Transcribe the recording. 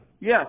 Yes